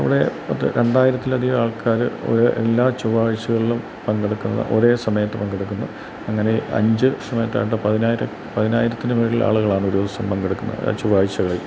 അവിടെ പത്ത് രണ്ടായിരത്തിലധികം ആൾക്കാർ ഒയെ എല്ലാ ചൊവ്വാഴ്ച്ചകളിലും പങ്കെടുക്കുന്ന ഒരേ സമയത്ത് പങ്കെടുക്കുന്ന അങ്ങനെ അഞ്ചു സമയത്തായിട്ട് പതിനായിരം പതിനായിരത്തിനു മുകളിൽ ആളുകളാണ് ഒരു ദിവസം പങ്കെടുക്കുന്നത് എല്ലാ ചൊവ്വാഴ്ച്ചകളിലും